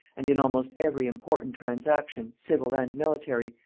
and in almost every important transaction, civil and military,